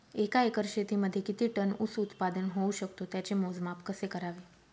एका एकर शेतीमध्ये किती टन ऊस उत्पादन होऊ शकतो? त्याचे मोजमाप कसे करावे?